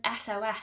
sos